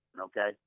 okay